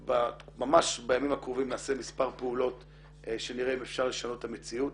ממש בימים הקרובים נעשה מספר פעולות שנראה אם אפשר לשנות את המציאות.